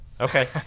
Okay